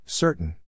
Certain